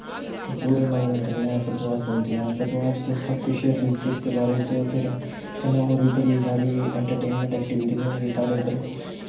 पूरे मगन कन्नै सतवाह् सुनदियां सतवाह् तुसें गी सब कुछ रिलिजियस दे बारे च कन्नै होर बी बड़ी सारी इंट्रटेनमैंट ऐक्टिविटीस होंदियां साढ़ै इद्धर